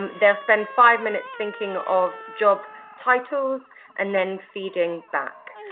um they'll spend five minutes thinking of job titles and then feeding back,